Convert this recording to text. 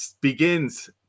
begins